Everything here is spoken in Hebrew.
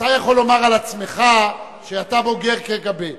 אתה יכול לומר על עצמך שאתה בוגר קג"ב,